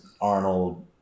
arnold